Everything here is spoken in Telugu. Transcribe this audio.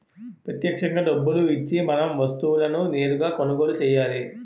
ప్రత్యక్షంగా డబ్బులు ఇచ్చి మనం వస్తువులను నేరుగా కొనుగోలు చేయాలి